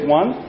one